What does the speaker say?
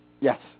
Yes